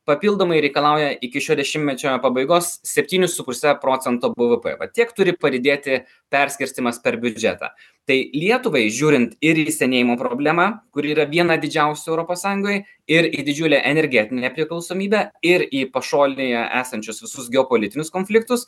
papildomai reikalauja iki šio dešimtmečio pabaigos septynis su puse procento bvp va tiek turi paridėti perskirstymas per biudžetą tai lietuvai žiūrint ir į senėjimo problemą kuri yra viena didžiausių europos sąjungoj ir į didžiulę energetinę priklausomybę ir į pašolnėje esančius visus geopolitinius konfliktus